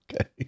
Okay